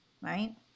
Right